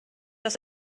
dass